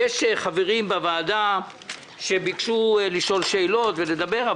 יש חברים בוועדה שביקשו לשאול שאלות ולדבר,